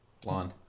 Blonde